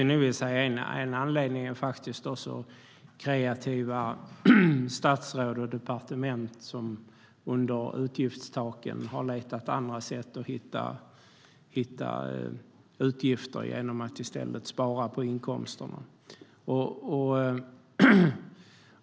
En anledning är faktiskt också kreativa statsråd och departement som under utgiftstaken har försökt att hitta andra sätt att hantera utgifter genom att i stället spara på inkomsterna.